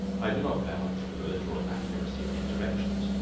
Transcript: i do not vouch for the literal accuracy of these directions,